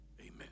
amen